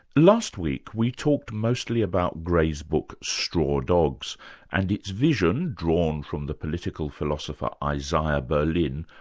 last week we talked mostly about gray's book, straw dogs and its vision, drawn from the political philosopher isaiah berlin,